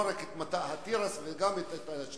לא רק את מטע התירס אלא גם את השאר,